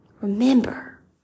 remember